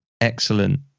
excellent